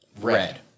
red